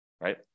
right